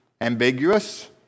ambiguous